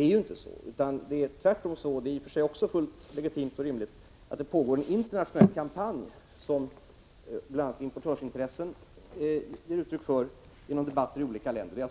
är det ju inte. Tvärtom pågår, vilket också är fullt legitimt och rimligt, en internationell kampanj i denna fråga. Bl.a. ger importörintressen uttryck för detta genom debatter i olika länder.